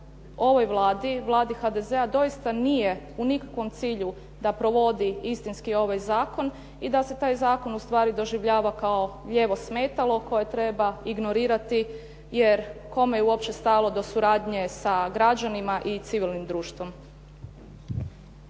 ovoj Vladi, Vladi HDZ-a doista nije u nikakvom cilju da provodi istinski ovaj zakon i da se taj zakon u stvari doživljava kao lijevo smetalo koje treba ignorirati. Jer kome je uopće stalo do suradnje sa građanima i civilnim društvom.